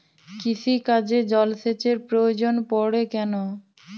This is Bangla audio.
কৃষিকাজে জলসেচের প্রয়োজন পড়ে কেন?